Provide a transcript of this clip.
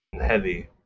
Heavy